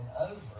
over